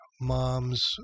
mom's